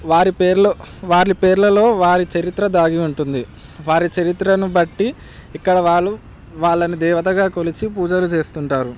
వారి పేర్లు వారి పేర్లలో వారి చరిత్ర దాగి ఉంటుంది వారి చరిత్రను బట్టి ఇక్కడ వాళ్ళు వాళ్ళని దేవతగా కొలిచి పూజలు చేస్తుంటారు